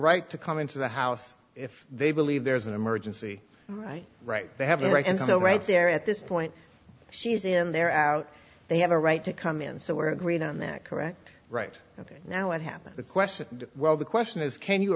right to come into the house if they believe there's an emergency right they have a right and so right there at this point she's in they're out they have a right to come in so we're green on that correct right now what happened the question well the question is can you